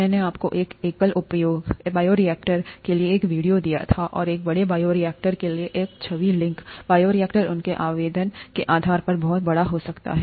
मैंने आपको एक एकल उपयोग बायोरिएक्टर के लिए एक वीडियो दिया था और एक बड़े बायोरिएक्टर के लिए एक छवि लिंक बायोरिएक्टर उनके आवेदन के आधार पर बहुत बड़ा हो सकता है